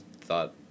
thought